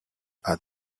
had